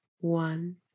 One